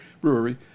brewery